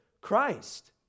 Christ